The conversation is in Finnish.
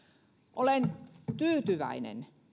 olen tyytyväinen